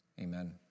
amen